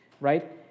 right